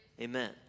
Amen